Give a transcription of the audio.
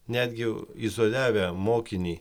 netgi izoliavę mokinį